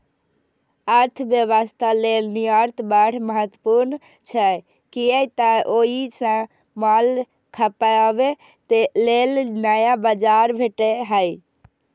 अर्थव्यवस्था लेल निर्यात बड़ महत्वपूर्ण छै, कियै तं ओइ सं माल खपाबे लेल नया बाजार भेटै छै